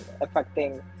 affecting